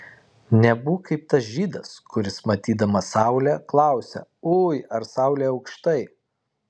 nebūk kaip tas žydas kuris matydamas saulę klausia ui ar saulė aukštai